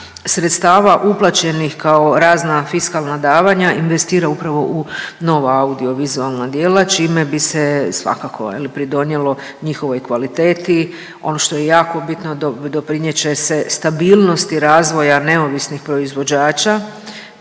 sredstava uplaćenih kao razna fiskalna davanja investira upravo u nova audio vizualna djela čime bi se svakako je li pridonijelo njihovoj kvaliteti. Ono što je jako bitno doprinijet će se stabilnosti razvoja neovisnih proizvođača,